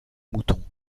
mouton